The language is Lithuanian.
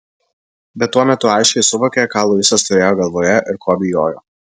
bet tuo metu aiškiai suvokė ką luisas turėjo galvoje ir ko bijojo